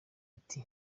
ati